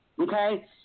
okay